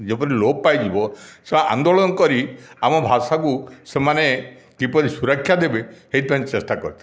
ଯେପରି ଲୋପ୍ ପାଇଯିବ ସେ ଆନ୍ଦୋଳନ କରି ଆମ ଭାଷାକୁ ସେମାନେ କିପରି ସୁରକ୍ଷା ଦେବେ ସେଇଥିପାଇଁ ଚେଷ୍ଟା କରିଥିଲେ